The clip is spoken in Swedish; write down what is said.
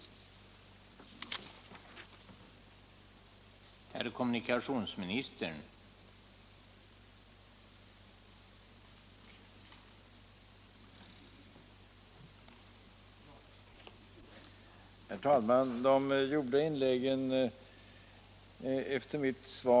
Tisdagen den